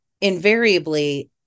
invariably